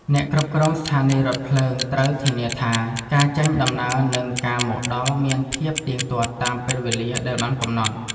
អ្នកគ្រប់គ្រងស្ថានីយរថយន្តត្រូវធានាថា ការចេញដំណើរនិងការមកដល់មានភាពទៀងទាត់តាមពេលវេលាដែលបានកំណត់។